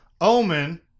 omen